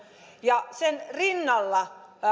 ja rinnalla